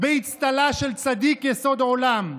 באצטלא של צדיק יסוד עולם.